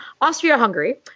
Austria-Hungary